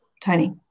Tony